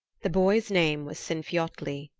the boy's name was sinfiotli.